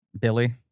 Billy